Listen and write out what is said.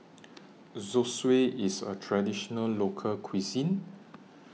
Zosui IS A Traditional Local Cuisine